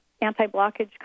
anti-blockage